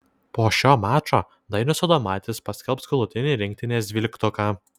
po šio mačo dainius adomaitis paskelbs galutinį rinktinės dvyliktuką